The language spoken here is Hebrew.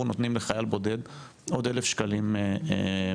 נותנים לחייל בודד עוד 1,000 שקלים מענק,